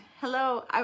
Hello